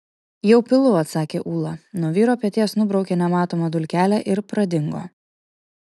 jau pilu atsakė ūla nuo vyro peties nubraukė nematomą dulkelę ir pradingo